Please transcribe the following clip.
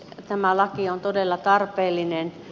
tämä laki on todella tarpeellinen